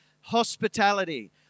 hospitality